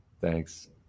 Thanks